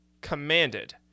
commanded